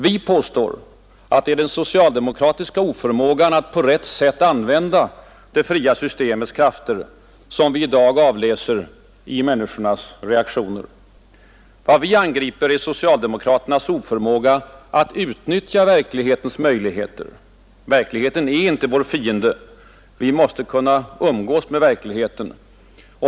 Vi påstår att det är den socialdemokratiska oförmågan att på rätt sätt använda det fria systemets krafter, som vi i dag avläser i människornas reaktioner. Vad vi angriper är socialdemokraternas oförmåga att utnyttja verklighetens möjligheter. Verkligheten är inte vår fiende. Vi måste kunna umgås med verkligheten.